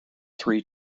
three